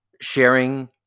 sharing